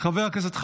חבר הכנסת ירון לוי,